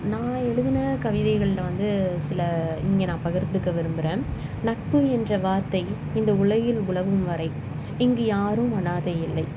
நான் எழுதுன கவிதைகள்ல வந்து சில இங்கே நான் பகிர்ந்துக்க விரும்புகிறேன் நட்பு என்ற வார்த்தை இந்த உலகில் உலவும் வரை இங்கு யாரும் அனாதை இல்லை